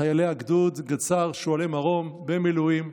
חיילי הגדוד, גדס"ר שועלי מרום במילואים,